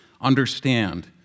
understand